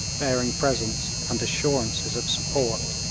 bearing presents and assurances of support.